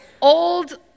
Old